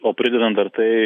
o pridedant dar tai